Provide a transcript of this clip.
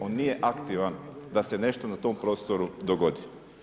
On nije aktivan da se nešto na tom prostoru dogodi.